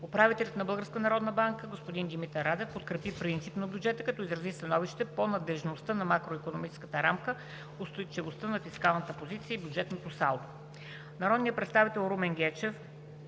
народна банка господин Димитър Радев подкрепи принципно бюджета, като изрази становище по надеждността на макроикономическата рамка, устойчивостта на фискалната позиция и по бюджетното салдо. Народният представител Румен Гечев